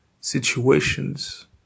situations